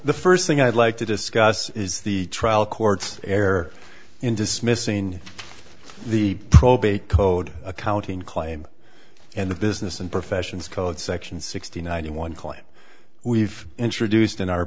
the first thing i'd like to discuss is the trial court's error in dismissing the probate code accounting claim in the business and professions code section sixty ninety one claim we've introduced in our